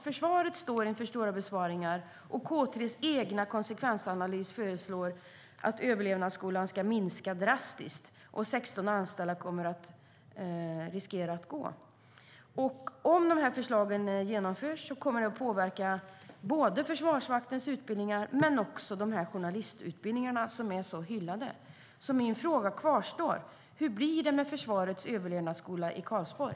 Försvaret står inför stora besparingar, och K 3:s egen konsekvensanalys föreslår att överlevnadsskolan ska minska drastiskt. 16 anställda riskerar att få gå. Om förslagen genomförs kommer det att påverka både Försvarsmaktens utbildningar men också de hyllade journalistutbildningarna. Min fråga kvarstår. Hur blir det med försvarets överlevnadsskola i Karlsborg?